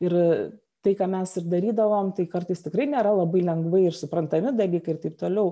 ir tai ką mes ir darydavom tai kartais tikrai nėra labai lengvai ir suprantami dalykai ir taip toliau